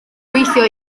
gweithio